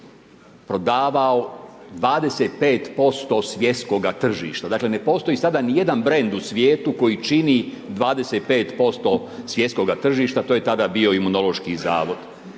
prodavao 25% svjetskoga tržišta. Dakle ne postoji sada ni jedan brend u svijetu koji čini 25% svjetskoga tržišta, to je tada bio Imunološki zavod.